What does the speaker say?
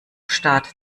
staat